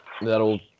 That'll